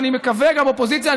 ואני מקווה גם אופוזיציה.